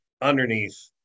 underneath